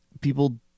people